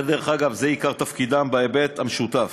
זה, דרך אגב, עיקר תפקידם בהיבט המשותף.